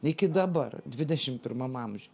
iki dabar dvidešim pirmam amžiuj